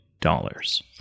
dollars